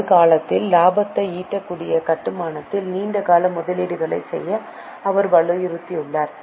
ஒரு காலத்தில் லாபத்தை ஈட்டக்கூடிய கட்டுமானத்தில் நீண்ட கால முதலீடுகளை செய்ய அவர் வலியுறுத்தினார்